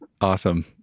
Awesome